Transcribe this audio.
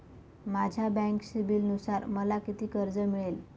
माझ्या बँक सिबिलनुसार मला किती कर्ज मिळेल?